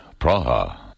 Praha